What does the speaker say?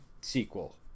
sequel